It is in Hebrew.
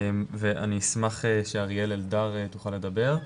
אני אשמח שאריאל אלדר תדבר.